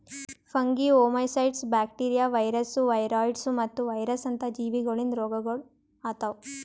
fungi, oomycetes, bacteria, viruses, viroids ಮತ್ತ virus ಅಂತ ಜೀವಿಗೊಳಿಂದ್ ರೋಗಗೊಳ್ ಆತವ್